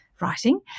writing